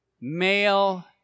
male